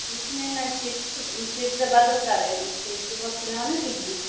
seat ନାହିଁ ନା seat seat ଦେବା ଦରକାରେ ସିଟ୍ରେ ବସିଲା ମାନେ ଯିବୁ